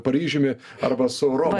paryžiumi arba su europa